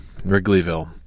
Wrigleyville